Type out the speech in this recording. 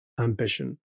ambition